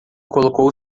colocou